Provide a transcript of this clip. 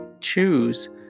choose